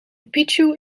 picchu